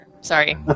Sorry